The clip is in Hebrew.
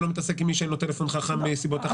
הוא לא מתעסק עם מי שאין לו טלפון חכם מסיבות אחרות.